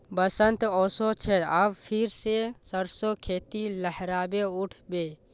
बसंत ओशो छे अब फिर से सरसो खेती लहराबे उठ बे